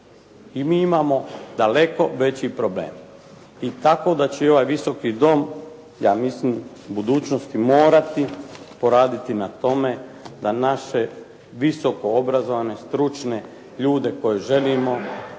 I mi imamo daleko veći problem. I tako da će i ovaj Visoki dom, ja mislim, u budućnosti morati poraditi na tome da naše visoko obrazovane, stručne ljude koje želimo